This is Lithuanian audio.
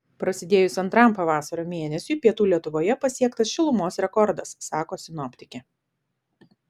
prasidėjus antram pavasario mėnesiui pietų lietuvoje pasiektas šilumos rekordas sako sinoptikė